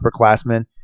upperclassmen